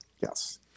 yes